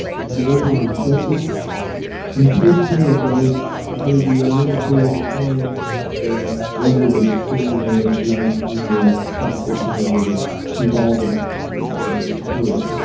and be open and receptive and take care of those that may be a little further behind where one is in their life in their practice, and in their evolving or maturity.